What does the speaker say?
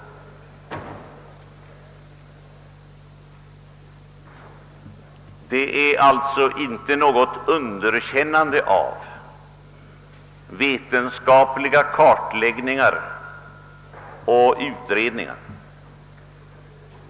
Detta innebär alltså inte något underkännande av vetenskapliga kartläggningar och utredningar.